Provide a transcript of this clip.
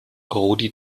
rudi